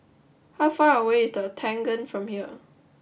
how far away is The Octagon from here